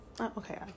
Okay